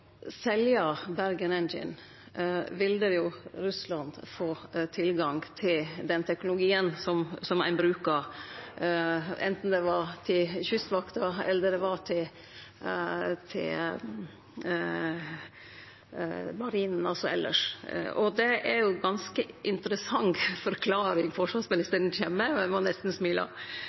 selje Bergen Engines ville Russland få tilgang til den teknologien som ein brukar, anten det var til Kystvakta eller det var til Marinen. Det er ei ganske interessant forklaring forsvarsministeren kjem med,